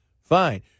Fine